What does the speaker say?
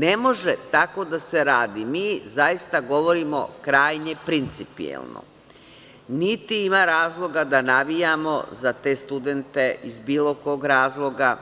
Ne može tako da se radi, mi zaista govorimo krajnje principijelno, niti ima razloga da navijamo za te studente, iz bilo kog razloga,